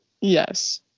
Yes